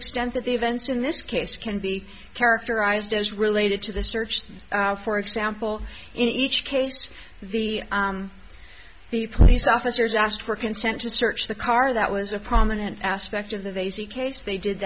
extent that the events in this case can be characterized as related to the search for example in each case the the police officers asked for consent to search the car that was a prominent aspect